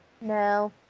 No